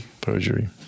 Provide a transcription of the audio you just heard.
Perjury